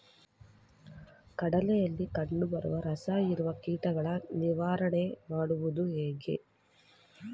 ಕಡಲೆಯಲ್ಲಿ ಕಂಡುಬರುವ ರಸಹೀರುವ ಕೀಟಗಳ ನಿವಾರಣೆ ಮಾಡುವುದು ಹೇಗೆ?